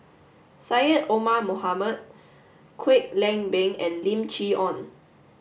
Syed Omar Mohamed Kwek Leng Beng and Lim Chee Onn